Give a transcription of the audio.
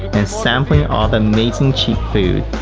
and sampling all the amazing cheap food.